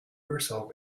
herself